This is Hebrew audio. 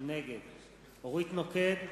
נגד אורית נוקד,